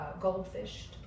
goldfish